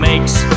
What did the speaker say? makes